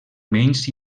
menys